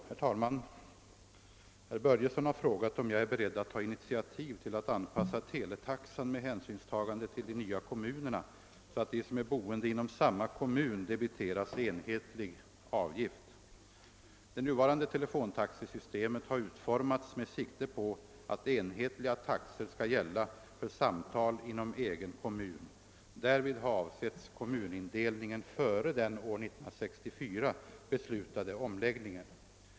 Herr talman! Herr Börjesson i Falköping har frågat, om jag är beredd att ta initiativ till att anpassa teletaxan med hänsynstagande till de nya kommunerna så att de som är boende inom samma kommun debiteras enhetlig avgift. Det nuvarande telefontaxesystemet har utformats med sikte på att enhetliga taxor skall gälla för samtal inom egen kommun. Därvid har avsetts kommunindelningen före den år 1964 beslutade omläggningen.